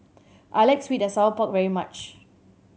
I like sweet and sour pork very much